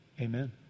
Amen